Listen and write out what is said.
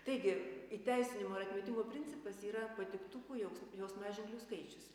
taigi įteisinimo ar atmetimo principas yra patiktukųjaus jausmaženklių skaičius